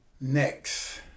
Next